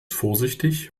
vorsichtig